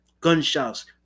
gunshots